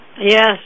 Yes